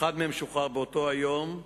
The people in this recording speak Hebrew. אחד מהם שוחרר באותו היום,